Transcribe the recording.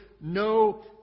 no